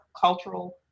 cultural